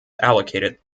allocated